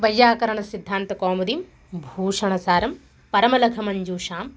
वैयाकरणसिद्धान्तकौमुदी भूषणसारं परमलघुमञ्जूषाम्